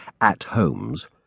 at-homes